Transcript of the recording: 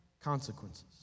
consequences